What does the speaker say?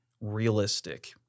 realistic